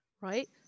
Right